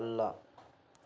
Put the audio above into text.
ಅಲ್ಲ